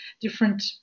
different